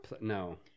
no